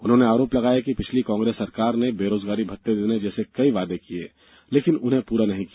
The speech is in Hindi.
उन्होंने आरोप लगाया कि पिछले कांग्रेस सरकार ने बेरोजगारी भत्ते देने जैसे कई वादे किये लेकिन उन्हें पूरा नहीं किया